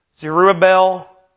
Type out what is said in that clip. Zerubbabel